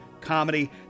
comedy